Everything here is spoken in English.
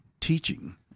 teaching